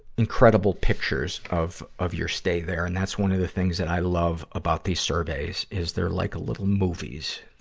incredible pictures of, of your stay there. and that's one of the things that i love about these surveys, is they're like little movies,